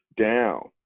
down